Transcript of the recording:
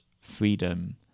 freedom